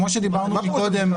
כמו שאמרנו קודם,